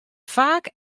faak